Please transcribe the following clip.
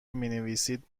مینویسید